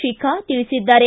ಶಿಖಾ ತಿಳಿಸಿದ್ದಾರೆ